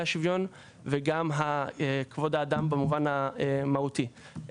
השוויון וגם כבוד האדם במובן המהותי.